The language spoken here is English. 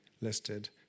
listed